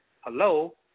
Hello